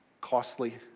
costly